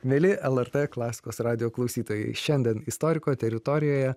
mieli lrt klasikos radijo klausytojai šiandien istoriko teritorijoje